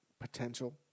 potential